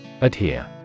Adhere